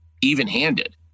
even-handed